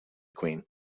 queen